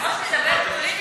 על פרקי